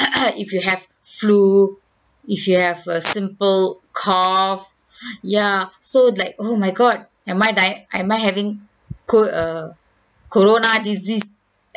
if you have flu if you have a simple cough ya so like oh my god am I die~ am I having co~ err corona disease